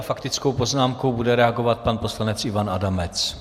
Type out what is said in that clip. Faktickou poznámkou bude reagovat pan poslanec Ivan Adamec.